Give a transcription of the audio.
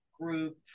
group